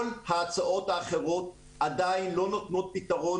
כל ההצעות האחרות עדיין לא נותנות פתרון